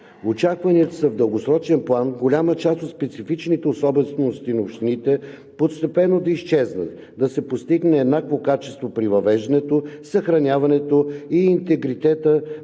Очакванията са в дългосрочен план голяма част от специфичните особености на общините постепенно да изчезнат; да се постигне еднакво качество при въвеждането, съхраняването и интегритета